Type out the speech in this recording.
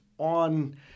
On